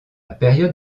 période